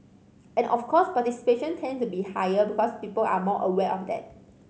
and of course participation tends to be higher because people are more aware of that